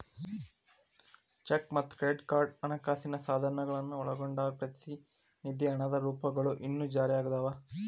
check ಮತ್ತ credit card ಹಣಕಾಸಿನ ಸಾಧನಗಳನ್ನ ಒಳಗೊಂಡಂಗ ಪ್ರತಿನಿಧಿ ಹಣದ ರೂಪಗಳು ಇನ್ನೂ ಜಾರಿಯಾಗದವ